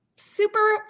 super